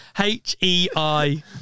H-E-I